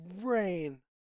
rain